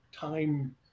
time